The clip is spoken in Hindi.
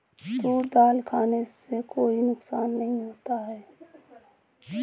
तूर दाल खाने से कोई नुकसान नहीं होता